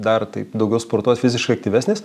dar taip daugiau sportuot fiziškai aktyvesnis